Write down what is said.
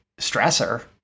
stressor